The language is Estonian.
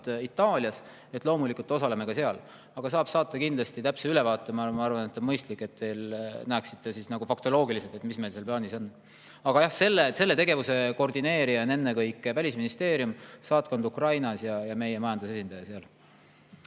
Itaalias. Loomulikult osaleme ka seal. Aga saab saata kindlasti täpse ülevaate. Ma arvan, et on mõistlik, et te näeksite faktoloogiliselt, mis meil seal plaanis on. Aga jah, selle tegevuse koordineerijad on ennekõike Välisministeerium, saatkond Ukrainas ja meie majandusesindaja seal.